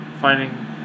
finding